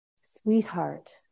sweetheart